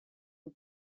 ont